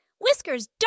whiskers